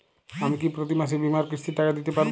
আমি কি প্রতি মাসে বীমার কিস্তির টাকা দিতে পারবো?